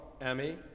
Emmy